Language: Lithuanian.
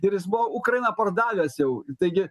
ir jis buvo ukrainą pardavęs jau taigi